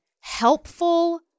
helpful